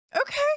Okay